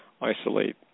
isolate